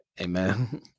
Amen